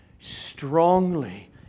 strongly